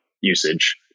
usage